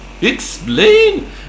Explain